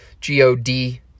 G-O-D